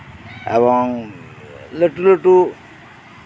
ᱮᱵᱚᱝ ᱞᱟᱹᱴᱩ ᱞᱟᱹᱴᱩ